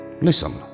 Listen